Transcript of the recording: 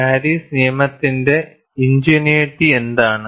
Paris നിയമത്തിന്റെ ingenuity എന്താണ്